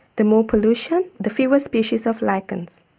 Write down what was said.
the more pollution, the fewer species of lichens.